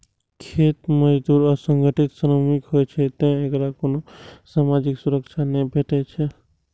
खेत मजदूर असंगठित श्रमिक होइ छै, तें एकरा कोनो सामाजिक सुरक्षा नै भेटै छै